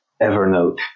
Evernote